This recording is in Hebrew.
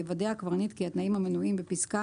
יוודא הקברניט כי התנאים המנויים בפסקה